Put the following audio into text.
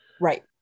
Right